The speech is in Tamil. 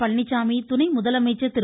பழனிச்சாமி துணை முதலமைச்சர் திரு